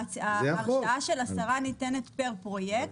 הרשאת השרה ניתנת פר פרויקט,